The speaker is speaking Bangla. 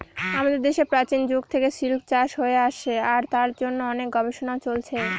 আমাদের দেশে প্রাচীন যুগ থেকে সিল্ক চাষ হয়ে আসছে আর তার জন্য অনেক গবেষণাও চলছে